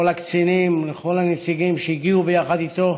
לכל הקצינים ולכל הנציגים שהגיעו ביחד איתו